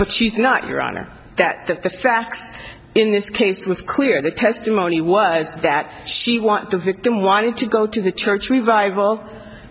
but she's not your honor that that the facts in this case it was clear the testimony was that she want the victim wanted to go to the church revival